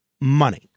Money